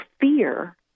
fear